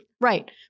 Right